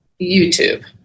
YouTube